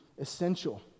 essential